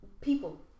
People